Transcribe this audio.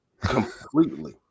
completely